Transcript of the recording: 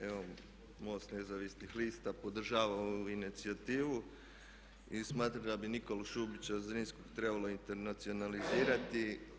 Evo MOST nezavisnih lista podržava ovu inicijativu i smatra da bi Nikolu Šubića Zrinskog trebalo internacionalizirati.